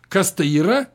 kas tai yra